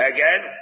Again